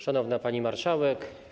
Szanowna Pani Marszałek!